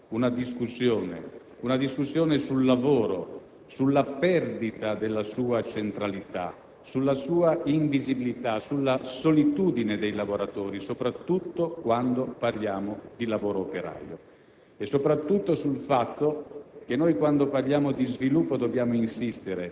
Credo che questo episodio richiami a tutti una discussione sul lavoro, sulla perdita della sua centralità, sulla sua invisibilità, sulla solitudine dei lavoratori, soprattutto quando parliamo di lavoro operaio